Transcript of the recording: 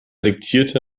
diktierte